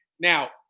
Now